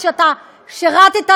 לטובת